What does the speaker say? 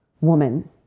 woman